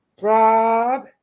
Rob